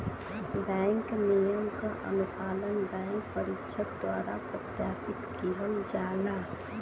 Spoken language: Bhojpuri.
बैंक नियम क अनुपालन बैंक परीक्षक द्वारा सत्यापित किहल जाला